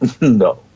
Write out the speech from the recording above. No